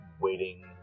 waiting